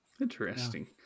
Interesting